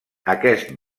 aquest